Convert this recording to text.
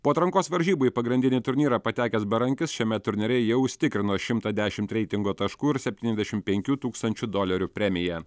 po atrankos varžybų į pagrindinį turnyrą patekęs berankis šiame turnyre jau užsitikrino šimta dešimt reitingo taškų ir septyniasdešimt penkių tūkstančių dolerių premiją